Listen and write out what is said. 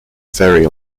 ferry